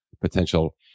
potential